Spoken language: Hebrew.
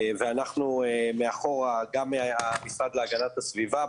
ואנחנו מאחורה גם מהמשרד להגנת הסביבה.